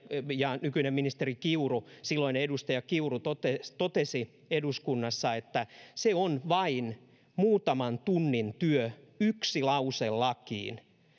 ja nykyinen ministeri kiuru silloinen edustaja kiuru totesi totesi eduskunnassa että se on vain muutaman tunnin työ yksi lause lakiin